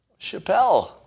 Chappelle